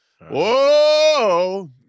Whoa